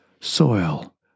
soil